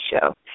show